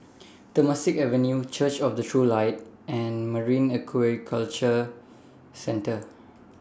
Temasek Avenue Church of The True Light and Marine Aquaculture Centre